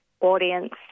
audience